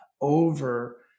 over